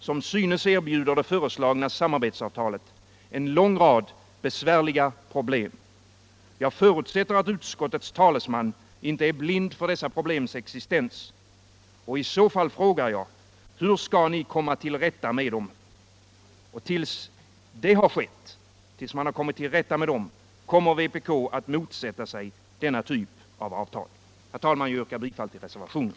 Som synes erbjuder det föreslagna samarbetsavtalet en lång rad besvärliga problem. Jag förutsätter att utskottets talesman inte är blind för dessa problems existens. Och i så fall frågar jag: Hur skall ni komma till rätta med dem? Tills det har skett, tills man kommit till rätta med problemen, kommer vpk att motsätta sig denna typ av avtal. Herr talman! Jag yrkar bifall till reservationen.